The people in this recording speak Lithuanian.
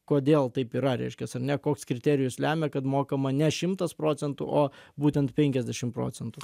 kodėl taip yra reiškias ar ne koks kriterijus lemia kad mokama ne šimtas procentų o būtent penkiasdešim procentų